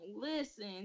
listen